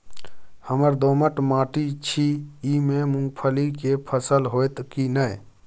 हमर दोमट माटी छी ई में मूंगफली के फसल होतय की नय?